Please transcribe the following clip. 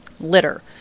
litter